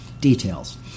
details